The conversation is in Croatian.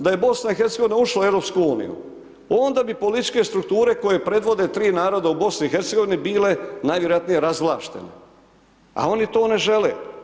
Da je BiH ušla u EU onda bi političke strukture koje predvode tri naroda u BiH bile najvjerojatnije razvlaštene a oni to ne žele.